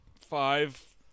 five